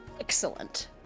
excellent